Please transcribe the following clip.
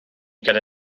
gyda